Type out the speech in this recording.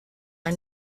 are